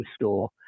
restore